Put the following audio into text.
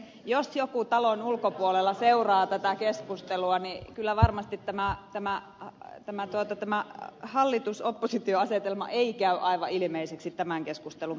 jos joku talon ulkopuolella seuraa tätä keskustelua niin ei kyllä varmasti tämä hallitusoppositio asetelma käy aivan ilmeiseksi tämän keskustelun perusteella